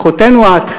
אחותנו את.